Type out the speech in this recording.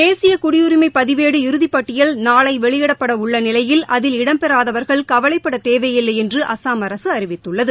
தேசிய குடியுரிமை பதிவேடு இறுதிப்பட்டியல் நாளை வெளியிடப்பட உள்ள நிலையில் அதில் இடம்பெறாதவர்கள் கவலைப்பட தேவையில்லை என்று அஸ்ஸாம் அரசு அறிவித்துள்ளது